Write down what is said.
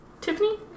Tiffany